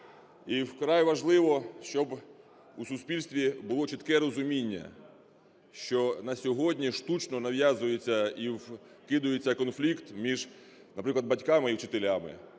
вкрай важливо, щоб у суспільстві було чітке розуміння, що на сьогодні штучно нав'язується і вкидається конфлікт між, наприклад, батьками і вчителями.